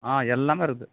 ஆ எல்லாமே இருக்குது